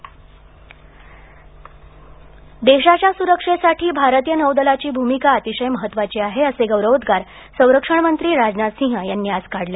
राजनाथ सिंग देशाच्या सुरक्षेसाठी भारतीय नौदलाची भूमिका अतिशय महत्त्वाची आहे असे गौरवोद्वार संरक्षण मंत्री राजनाथ सिंह यांनीआज काढले